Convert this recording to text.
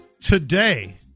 today